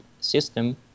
system